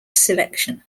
selection